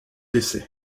décès